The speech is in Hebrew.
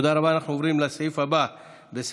אנחנו עוברים לסעיף הבא בסדר-היום,